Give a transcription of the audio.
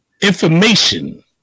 information